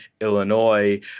Illinois